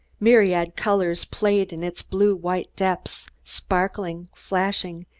myriad colors played in its blue-white depths, sparkling, flashing,